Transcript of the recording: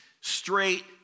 straight